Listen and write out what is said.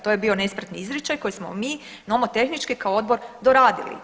To je bio nespretni izričaj koji smo mi nomotehnički kao odbor doradili.